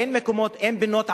אין פינות עבודה.